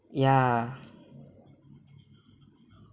ya